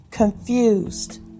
Confused